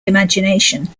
imagination